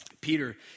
Peter